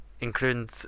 including